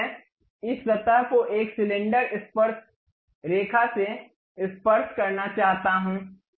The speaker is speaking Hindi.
अब मैं इस सतह को एक सिलेंडर स्पर्शरेखा से स्पर्श करना चाहता हूँ